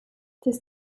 this